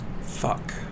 Fuck